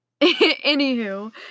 anywho